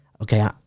okay